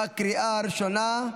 בקריאה הראשונה.